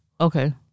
Okay